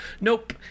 nope